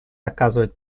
оказывать